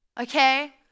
okay